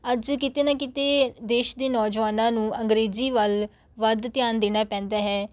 ਅੱਜ ਕਿਤੇ ਨਾ ਕਿਤੇ ਦੇਸ਼ ਦੇ ਨੌਜਵਾਨਾਂ ਨੂੰ ਅੰਗਰੇਜ਼ੀ ਵੱਲ ਵੱਧ ਧਿਆਨ ਦੇਣਾ ਪੈਂਦਾ ਹੈ